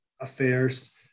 affairs